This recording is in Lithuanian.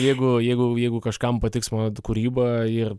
jeigu jeigu jeigu kažkam patiks mano kūryba ir